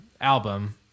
album